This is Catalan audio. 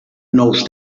nous